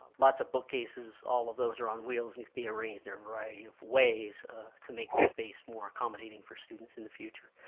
lots of bookcases. all of those are on wheels and can be arranged in a variety of ways to make the space more accommodating for students in the future,